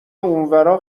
اونورا